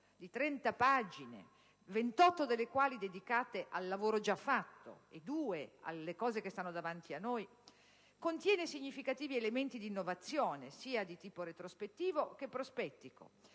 di 30 pagine, 28 delle quali dedicate al lavoro già fatto e due alle cose che stanno davanti a noi, contiene significativi elementi di innovazione, di tipo sia retrospettivo sia prospettico,